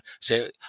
say